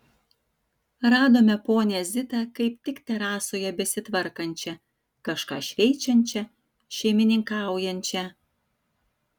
radome ponią zitą kaip tik terasoje besitvarkančią kažką šveičiančią šeimininkaujančią